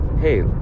hey